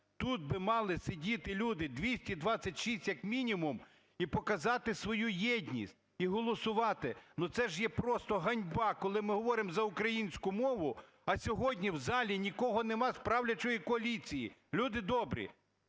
тут би мали сидіти люди – 226 як мінімум, і показати свою єдність, і голосувати. Це ж є просто ганьба, коли ми говоримо за українську мову. А сьогодні в залі нікого немає з правлячої коаліції. Люди добрі,